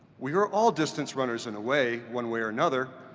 we are all distance runners in a way, one way or another.